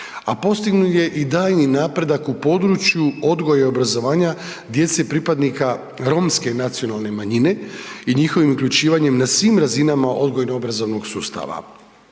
a postignut je i daljnji napredak u području odgoja i obrazovanja djece pripadnika romske nacionalne manjine i njihovim uključivanjem na svim razinama odgojno-obrazovnog sustava.